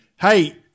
hey